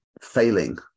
failing